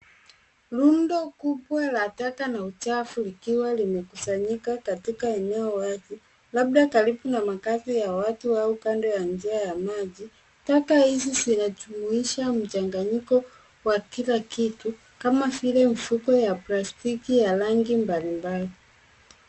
Rundo kubwa la taka na uchafu likiwa limekusanyika katika eneo la wazi labda karibu na makazi ya watu au kando ya njia ya maji. Taka hizi zinajumuisha mchanganyiko wa kila kitu kama vile mifuko ya plastiki ya rangi mbalimbali.